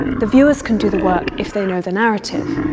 the viewers can do the work if they know the narrative.